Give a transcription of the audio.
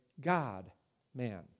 God-man